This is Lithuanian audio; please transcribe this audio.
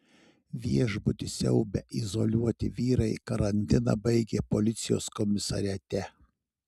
viešbutį siaubę izoliuoti vyrai karantiną baigė policijos komisariate